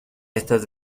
estas